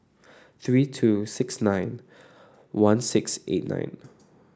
three two six nine one six eight nine